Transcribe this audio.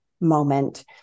moment